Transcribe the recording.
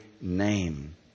name